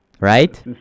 Right